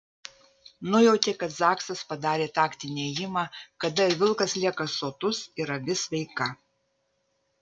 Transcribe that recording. nujautė kad zaksas padarė taktinį ėjimą kada ir vilkas lieka sotus ir avis sveika